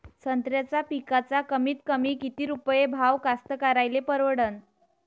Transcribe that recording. संत्र्याचा पिकाचा कमीतकमी किती रुपये भाव कास्तकाराइले परवडन?